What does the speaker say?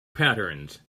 patterns